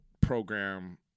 program